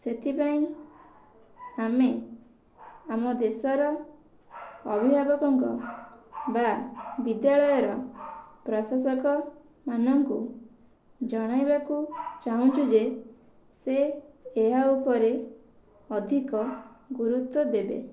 ସେଥିପାଇଁ ଆମେ ଆମ ଦେଶର ଅଭିଭାବକଙ୍କ ବା ବିଦ୍ୟାଳୟର ପ୍ରଶାସକ ମାନଙ୍କୁ ଜଣାଇବାକୁ ଚାହୁଁଛୁ ଯେ ସେ ଏହା ଉପରେ ଅଧିକ ଗୁରୁତ୍ଵ ଦେବେ